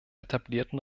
etablierten